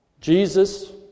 Jesus